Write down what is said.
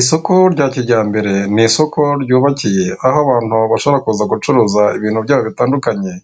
Isoko rya kijyambere, ni isoko ryubakiye aho abantu bashobora kuza gucururiza ibicuruzwa byabo bitandukanye,